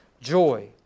joy